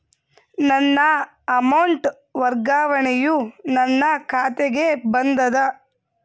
ನನ್ನ ಅಮೌಂಟ್ ವರ್ಗಾವಣೆಯು ನನ್ನ ಖಾತೆಗೆ ಬಂದದ